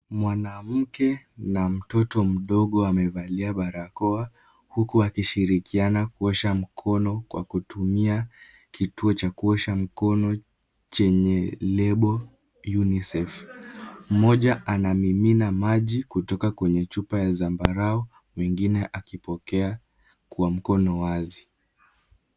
Mwanamke na mtoto mdogo wamevalia barakoa, huku wakishirikiana kuosha mkono kwa kutumia kituo cha kuosha mkono chenye lebo Unicef. Mmoja anamimina maji kutoka kwenye chupa ya zambarau, mwingine akipokea kwa mkono wazi.